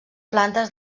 plantes